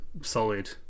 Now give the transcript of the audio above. solid